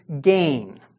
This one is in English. gain